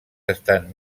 estan